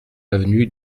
avenue